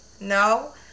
No